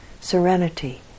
Serenity